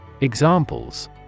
Examples